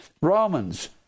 Romans